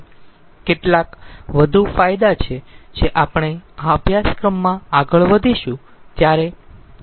કેટલાક વધુ ફાયદા છે જે આપણે આ અભ્યાસક્રમમાં આગળ વધીશું ત્યારે જાણીશું